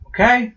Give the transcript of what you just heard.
Okay